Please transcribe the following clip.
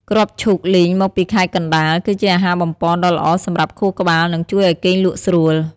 គ្រាប់ឈូកលីងមកពីខេត្តកណ្តាល គឺជាអាហារបំប៉នដ៏ល្អសម្រាប់ខួរក្បាល និងជួយឱ្យគេងលក់ស្រួល។